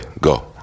go